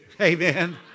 Amen